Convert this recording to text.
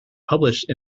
published